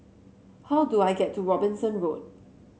how do I get to Robinson Road